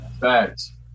Facts